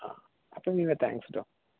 ആ അപ്പോൾ ഇനി താങ്ക്സ് ഡാ